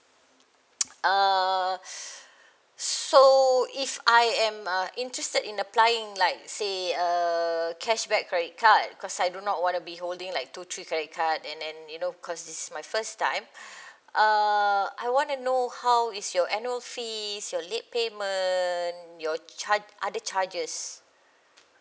uh so if I am uh interested in applying like say err cashback credit card because I do not wanna be holding like two three credit card and then you know because this is my first time uh I wanna know how is your annual fees your late payment your char~ other charges